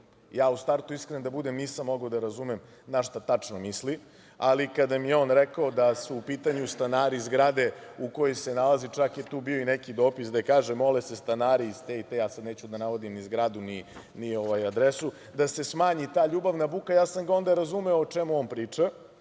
u startu da budem iskren nisam mogao da razumem na šta tačno misli, ali kada mi je on rekao da su u pitanju stanari zgrade u kojoj se nalazi, čak je tu bio i neki dopis, gde kaže – mole se stanari iz te i te, ja sada neću da navodim ni zgradu, ni adresu, da se smanji ta ljubavna buka, ja sam ga onda razumeo o čemu on priča.